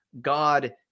God